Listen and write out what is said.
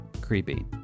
creepy